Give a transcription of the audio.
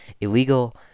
illegal